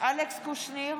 אלכס קושניר,